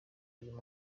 uyu